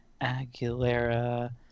Aguilera